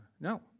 No